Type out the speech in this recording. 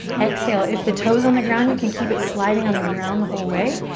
exhale. if the toe's on the ground you can keep it sliding on the ground the whole way.